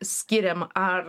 skiriam ar